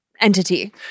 entity